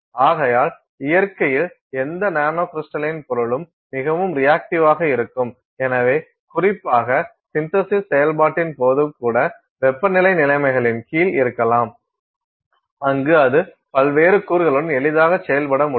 ஆகையால் இயற்கையில் எந்த நானோகிரிஸ்டலின் பொருளும் மிகவும் ரியாக்டிவ் ஆக இருக்கும் எனவே குறிப்பாக சிந்தசிஸ் செயல்பாட்டின் போது கூட வெப்பநிலை நிலைமைகளின் கீழ் இருக்கலாம் அங்கு அது பல்வேறு கூறுகளுடன் எளிதாக செயல்பட முடியும்